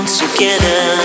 together